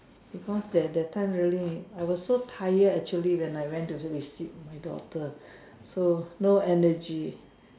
because that that time really I was so tired actually when I go visit my daughter so no energy